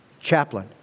chaplain